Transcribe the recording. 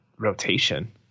Rotation